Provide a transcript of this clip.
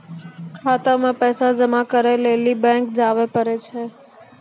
खाता मे पैसा जमा करै लेली बैंक जावै परै छै